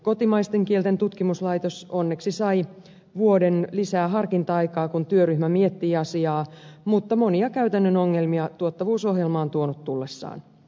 kotimaisten kielten tutkimuskeskus onneksi sai vuoden lisää harkinta aikaa kun työryhmä miettii asiaa mutta monia käytännön ongelmia tuottavuusohjelma on tuonut tullessaan